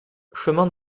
chemin